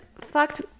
fucked